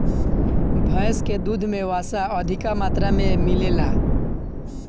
भैस के दूध में वसा अधिका मात्रा में मिलेला